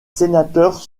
sénateurs